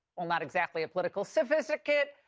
well, not exactly a political certificate,